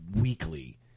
weekly